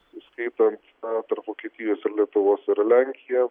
įskaitant na tarp vokietijos ir lietuvos yra lenkija